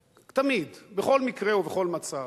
תמיד, בכל מקרה ובכל מצב.